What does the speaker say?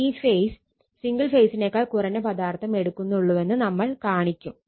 three phase single ഫേസിനേക്കാൾ കുറഞ്ഞ പദാർത്ഥം എടുക്കുന്നൊള്ളൂവെന്ന് നമ്മൾ കാണിക്കും